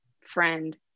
friend